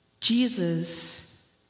Jesus